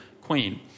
queen